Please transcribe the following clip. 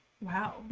wow